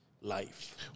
life